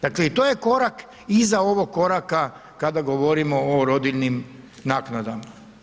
Dakle i to je korak iza ovog koraka kada govorimo o rodiljnim naknadama.